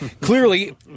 Clearly